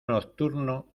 nocturno